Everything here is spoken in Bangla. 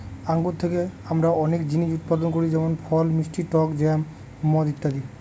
আঙ্গুর থেকে আমরা অনেক জিনিস উৎপাদন করি যেমন ফল, মিষ্টি টক জ্যাম, মদ ইত্যাদি